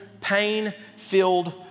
pain-filled